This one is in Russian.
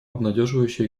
обнадеживающая